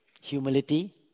Humility